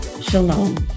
Shalom